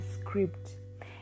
script